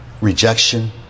rejection